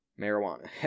marijuana